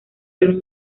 del